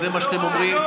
וזה מה שאתם אומרים.